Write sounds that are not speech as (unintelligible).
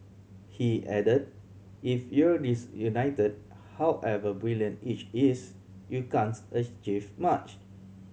he added If you're disunited however brilliant each is you (unintelligible) achieve much